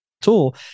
tool